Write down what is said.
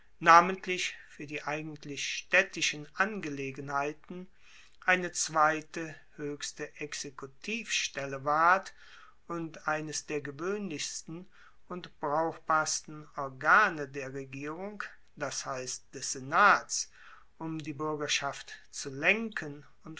namentlich fuer die eigentlich staedtischen angelegenheiten eine zweite hoechste exekutivstelle ward und eines der gewoehnlichsten und brauchbarsten organe der regierung dass heisst des senats um die buergerschaft zu lenken